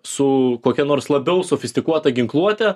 su kokia nors labiau sofistikuota ginkluote